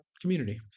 community